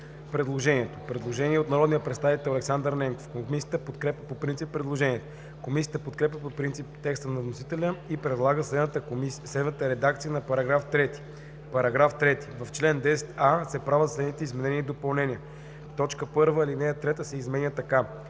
предложението. Предложение от народния представител Александър Ненков. Комисията подкрепя по принцип предложението. Комисията подкрепя по принцип текста на вносителя и предлага следната редакция на § 3: „§ 3. В чл. 10а се правят следните изменения и допълнения: 1. Алинея 3 се изменя така: